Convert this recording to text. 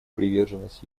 приверженность